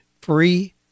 free